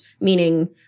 meaning